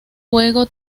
juego